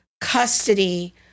custody